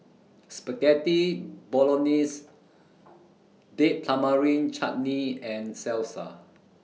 Spaghetti Bolognese Date Tamarind Chutney and Salsa